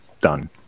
done